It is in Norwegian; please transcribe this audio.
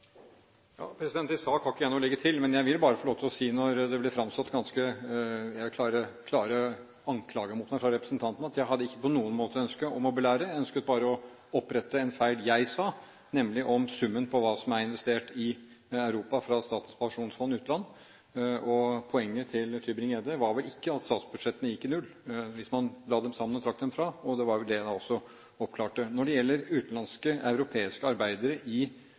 sak har jeg ikke noe å legge til, men jeg vil bare få lov til å si – når det ble fremsatt klare anklager mot meg fra representanten – at jeg ikke på noen måte hadde ønske om å belære. Jeg ønsket bare å rette opp en feil jeg sa, nemlig summen på hva som er investert i Europa fra Statens pensjonsfond utland. Poenget til Tybring-Gjedde var vel ikke at statsbudsjettene gikk i null, hvis man la dem sammen og trakk fra, og det var vel også det jeg oppklarte. Når det gjelder utenlandske, europeiske, arbeidere i